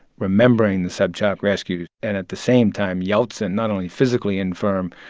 remembering the sobchak rescue, and at the same time, yeltsin, not only physically infirm,